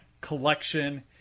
collection